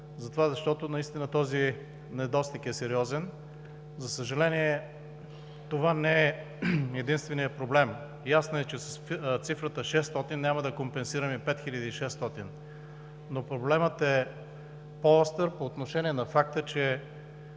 армия, защото наистина този недостиг е сериозен. За съжаление това не е единственият проблем. Ясно е, че с цифрата 600 няма да компенсираме 5600, но проблемът е по-остър по отношение на факта, че